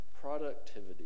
productivity